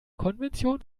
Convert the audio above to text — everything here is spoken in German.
konvention